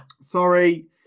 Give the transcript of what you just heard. Sorry